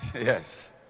Yes